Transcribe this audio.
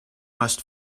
must